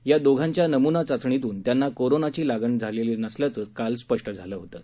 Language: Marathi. या दोघांच्या नमुना चाचणीतून त्यांना कोरोनाची लागण झालेलं नसल्याचं काल स्पष्ट झालं होतं